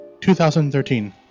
2013